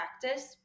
practice